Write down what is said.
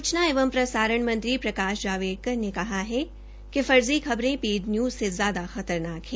सूचना एवं प्रसारण मंत्री प्रकाश जावड़ेकर ने कहा है कि फर्जी खबरे पेड न्यूज से ज्यादा खतरनाक है